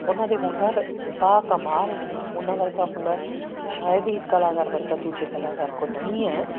ਉਹਨਾਂ ਦੇ ਹੁਨਰ ਬਾ ਕਮਾਲ ਨੇ ਉਹਨਾਂ ਵਰਗਾ ਹੁਨਰ ਸ਼ਾਇਦ ਹੀ ਇੱਕ ਕਲਾਕਾਰ ਵਰਗਾ ਦੂਜੇ ਕਲਾਕਾਰ ਕੋਲ ਨਹੀਂ ਹੈ